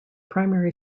primary